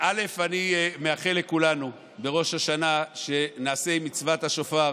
אני מאחל לכולנו בראש השנה שנעשה עם מצוות השופר,